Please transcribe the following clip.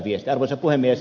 arvoisa puhemies